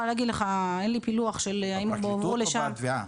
אין לי פילוח האם הם הועברו -- הפרקליטות או בתביעה?